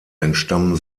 entstammen